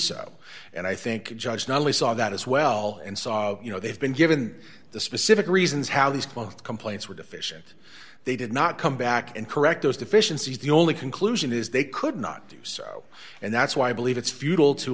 so and i think judge not only saw that as well and so you know they have been given the specific reasons how these quote complaints were deficient they did not come back and correct those deficiencies the only conclusion is they could not do so and that's why i believe it's futile to